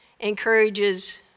encourages